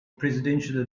presidential